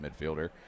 midfielder